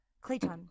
Clayton